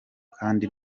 kandi